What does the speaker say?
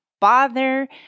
bother